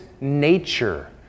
nature